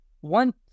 One